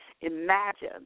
imagine